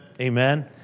Amen